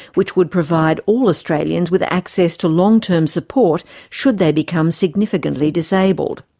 which would provide all australians with access to long-term support should they become significantly disabled.